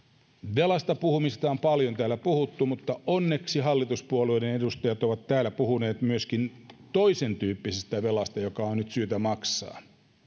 velasta on paljon täällä puhuttu mutta onneksi hallituspuolueiden edustajat ovat täällä puhuneet myöskin toisentyyppisestä velasta joka on nyt syytä maksaa